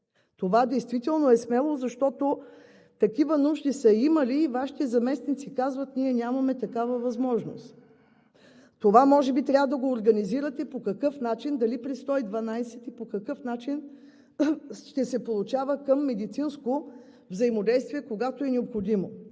Това действително е смело, защото са имали такива нужди, но Вашите заместници казват: „Ние нямаме такава възможност.“ Това може би трябва да го организирате – дали през телефон 112, и по какъв начин ще се получава медицинско взаимодействие, когато е необходимо.